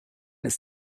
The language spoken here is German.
ist